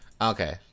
Okay